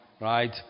Right